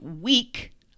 week